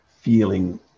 feeling